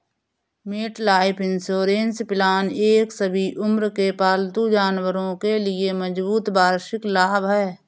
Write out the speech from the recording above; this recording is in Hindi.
मेटलाइफ इंश्योरेंस प्लान एक सभी उम्र के पालतू जानवरों के लिए मजबूत वार्षिक लाभ है